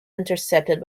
intercepted